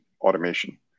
automation